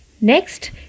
Next